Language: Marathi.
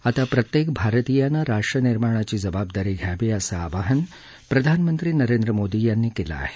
आता प्रत्येक भारतीयानं राष्ट्र निर्माणाची जाबाबदारी घ्यावी असं आवाहन प्रधानमंत्री नरेंद्र मोदी यांनी केलं आहे